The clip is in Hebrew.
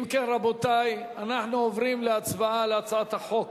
אם כן, רבותי, אנחנו עוברים להצבעה על הצעת החוק,